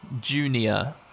Junior